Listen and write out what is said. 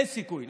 אין סיכוי.